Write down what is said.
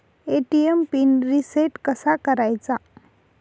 ATM PIN reset कसा करायचा?